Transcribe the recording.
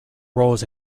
roles